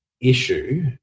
issue